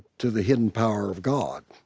to the hidden power of god